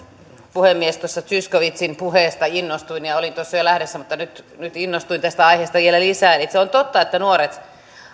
puhemies tuosta zyskowiczin puheesta innostuin olin tuossa jo lähdössä mutta nyt nyt innostuin tästä aiheesta vielä lisää on totta että nuoret